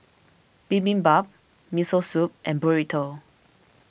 Bibimbap Miso Soup and Burrito